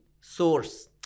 source।